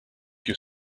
your